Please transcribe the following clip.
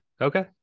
okay